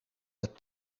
het